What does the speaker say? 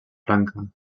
franca